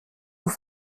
vous